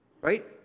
right